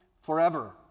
forever